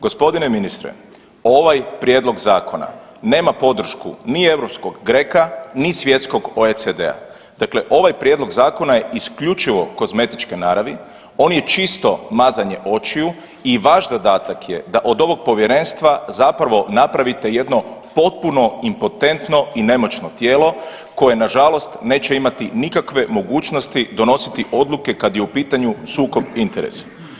Gospodine ministre ovaj prijedlog zakona nema podršku ni europskog GRECO-a ni svjetskog OECD-a, dakle ovaj prijedlog zakona je isključivo kozmetičke naravi, on je čisto mazanje očiju i vaš zadatak je da od ovog povjerenstva zapravo napravite jedno potpuno impotentno i nemoćno tijelo koje nažalost neće imati nikakve mogućnosti donositi odluke kada je u pitanju sukob interesa.